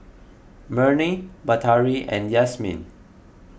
Murni Batari and Yasmin